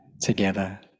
together